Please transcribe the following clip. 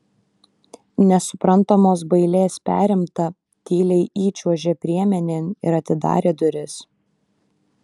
nesuprantamos bailės perimta tyliai įčiuožė priemenėn ir atidarė duris